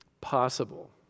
possible